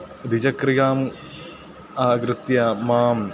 द्विचक्रिकाम् आगत्य मां